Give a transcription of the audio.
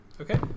Okay